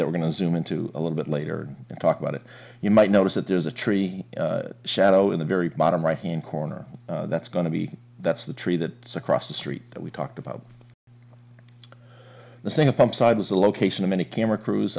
that we're going to zoom into a little bit later and talk about it you might notice that there's a tree shadow in the very bottom right hand corner that's going to be that's the tree that across the street that we talked about the thing a pump side was the location of many camera crews